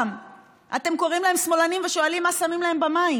כנראה שנולדו לעולים או שהם נכדים של עולים.